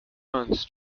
months